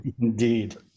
Indeed